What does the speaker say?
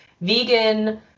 vegan